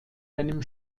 einem